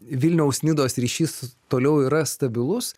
vilniaus nidos ryšys toliau yra stabilus